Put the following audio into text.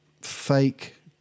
fake